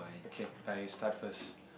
okay I start first